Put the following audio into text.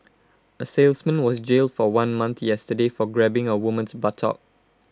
A salesman was jailed for one month yesterday for grabbing A woman's buttock